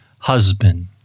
husband